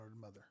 mother